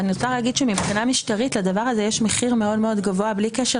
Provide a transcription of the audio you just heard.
אני רוצה לומר שמבחינה משטרית לדבר הזה יש מחיר מאוד מאוד גבוה בלי קשר